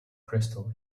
crystal